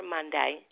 Monday